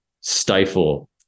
stifle